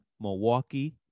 Milwaukee